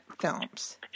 films